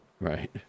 Right